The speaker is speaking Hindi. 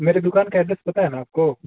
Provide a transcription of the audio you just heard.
मेरे दुकान का एड्रेस पता है ना आपको